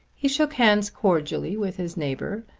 he shook hands cordially with his neighbour,